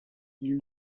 ils